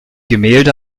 gemälde